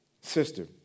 sister